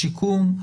שיקום.